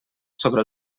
sobre